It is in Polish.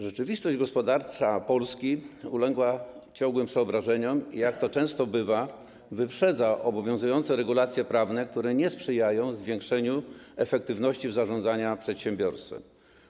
Rzeczywistość gospodarcza Polski ulega ciągłym przeobrażeniom i jak to często bywa, wyprzedza obowiązujące regulacje prawne, które nie sprzyjają zwiększeniu efektywności zarządzania przedsiębiorstwem.